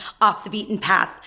off-the-beaten-path